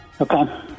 Okay